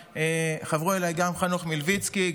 חברו אליי גם חנוך מלביצקי,